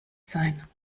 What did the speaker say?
sein